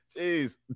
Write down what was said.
Jeez